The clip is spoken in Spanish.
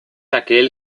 aquel